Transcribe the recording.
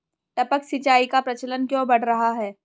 टपक सिंचाई का प्रचलन क्यों बढ़ रहा है?